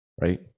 right